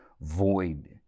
void